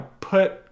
put